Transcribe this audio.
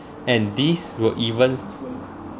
and these were even